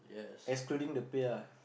excluding the pay lah